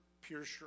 pierce